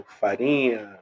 farinha